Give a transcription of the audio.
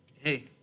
Hey